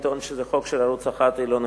לטעון שזה חוק של ערוץ-1 היא לא נכונה.